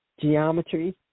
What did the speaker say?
geometry